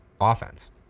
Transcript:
offense